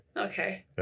Okay